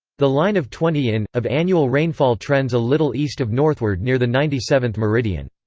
the line of twenty in. of annual rainfall trends a little east of northward near the ninety seventh meridian.